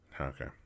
Okay